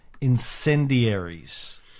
incendiaries